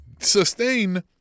sustain